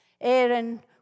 Aaron